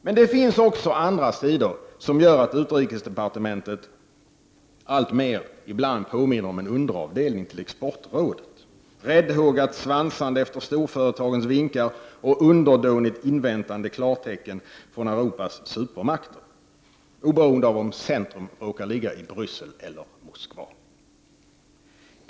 Men det finns också andra sidor, som gör att utrikesdepartementet ibland påminner om en underavdelning till exportrådet, räddhågat svansande efter storföretagens vinkar och underdånigt inväntande klartecken från Europas supermakter — oberoende av om centrum råkar ligga i Bryssel eller Moskva.